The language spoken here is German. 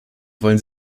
wollen